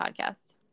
Podcasts